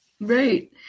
Right